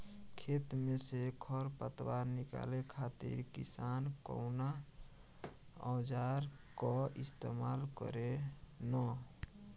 खेत में से खर पतवार निकाले खातिर किसान कउना औजार क इस्तेमाल करे न?